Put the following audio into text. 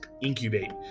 incubate